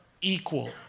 equal